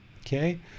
Okay